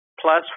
plus